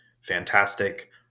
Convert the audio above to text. Fantastic